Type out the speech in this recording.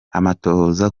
amatohoza